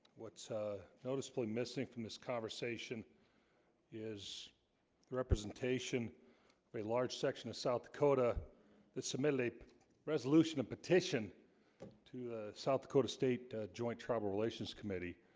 what's noticeably missing from this conversation is the representation of a large section of south dakota that submitted a resolution a petition to south dakota state joint tribal relations committee